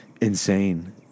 insane